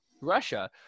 Russia